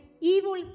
evil